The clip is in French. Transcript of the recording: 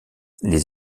les